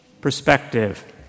perspective